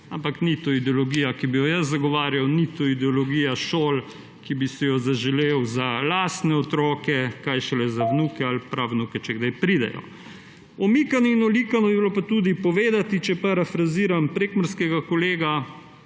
ampak to ni ideologija, ki bi jo jaz zagovarjal, to ni ideologija šol, ki bi si jih zaželel za lastne otroke, kaj šele za vnuke ali pravnuke, če kdaj pridejo. Omikano in olikano bi bilo pa tudi povedati, če parafraziram prekmurskega kolega,